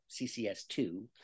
CCS2